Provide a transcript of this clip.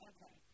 Okay